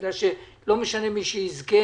בגלל שלא משנה מי שיזכה